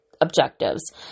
objectives